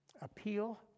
Appeal